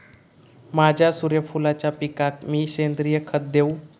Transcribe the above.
माझ्या सूर्यफुलाच्या पिकाक मी सेंद्रिय खत देवू?